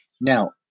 Now